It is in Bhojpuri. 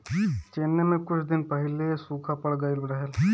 चेन्नई में कुछ दिन पहिले सूखा पड़ गइल रहल